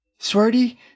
Swarty